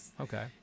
Okay